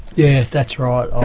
yeah that's right.